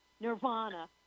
Nirvana